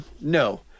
no